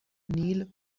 نیل